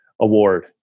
award